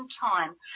time